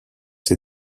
ces